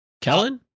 Kellen